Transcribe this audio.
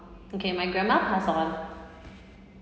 okay my grandma passed on